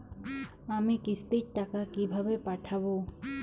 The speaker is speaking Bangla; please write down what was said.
আমি কিস্তির টাকা কিভাবে পাঠাব?